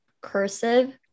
cursive